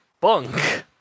bunk